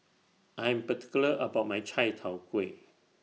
I Am particular about My Chai Tow Kuay